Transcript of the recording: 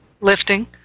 lifting